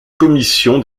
commission